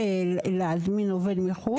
להזמין עובד מחו"ל?